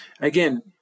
again